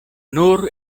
nur